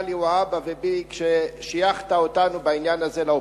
מגלי והבה ובי כששייכת אותנו בעניין הזה לאופוזיציה.